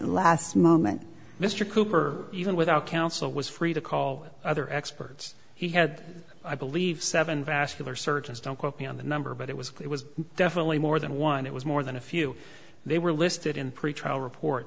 last moment mr cooper even without counsel was free to call other experts he had i believe seven vascular surgeons don't quote me on the number but it was it was definitely more than one it was more than a few they were listed in pretrial report